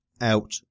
out